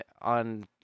on